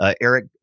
Eric